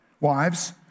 Wives